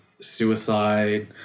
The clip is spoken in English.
suicide